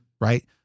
right